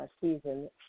season